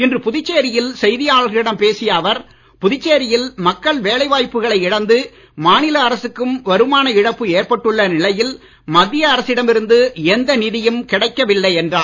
இன்று புதுச்சேரியில் செய்தியாளர்களிடம் பேசிய அவர் புதுச்சேரியில் மக்கள் வேலை வாய்ப்புகளை இழந்து மாநில அரசுக்கும் வருமான இழப்பு ஏற்பட்டுள்ள நிலையில் மத்திய அரசிடம் இருந்து எந்த நிதியும் கிடைக்க வில்லை என்றார்